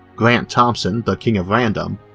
grant thompson the king of random,